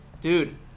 dude